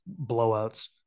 blowouts